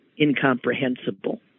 incomprehensible